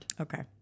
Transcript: Okay